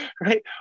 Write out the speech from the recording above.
right